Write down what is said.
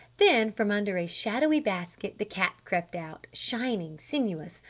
then from under a shadowy basket the cat crept out, shining, sinuous,